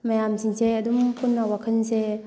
ꯃꯌꯥꯝꯁꯤꯡꯁꯦ ꯑꯗꯨꯝ ꯄꯨꯟꯅ ꯋꯥꯈꯜꯁꯦ